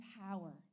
power